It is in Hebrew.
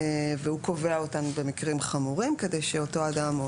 והוא קובע אותן במקרים חמורים כדי שאותו אדם או